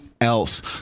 else